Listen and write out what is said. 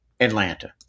Atlanta